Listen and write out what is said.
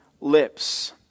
lips